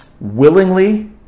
willingly